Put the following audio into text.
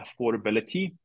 affordability